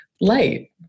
light